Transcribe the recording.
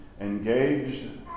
engaged